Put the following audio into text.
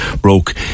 broke